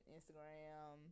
Instagram